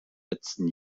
letzten